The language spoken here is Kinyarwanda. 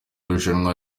rushanwa